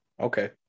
Okay